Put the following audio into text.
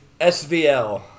SVL